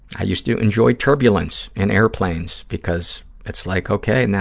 i used to enjoy turbulence in airplanes because it's like, okay, and yeah